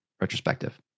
retrospective